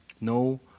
no